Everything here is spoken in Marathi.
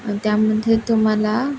मग त्यामध्ये तुम्हाला